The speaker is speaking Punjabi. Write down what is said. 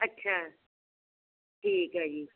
ਅੱਛਾ ਠੀਕ ਹੈ ਜੀ